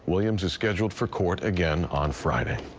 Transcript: williams is scheduled for court again on friday.